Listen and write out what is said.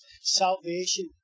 Salvation